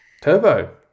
Turbo